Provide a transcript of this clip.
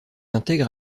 intègre